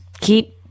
keep